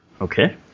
Okay